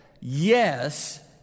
yes